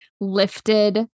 lifted